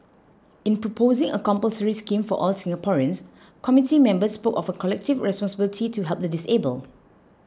in proposing a compulsory scheme for all Singaporeans committee members spoke of a collective responsibility to help the disabled